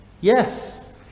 Yes